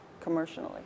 commercially